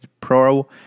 pro